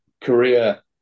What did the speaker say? korea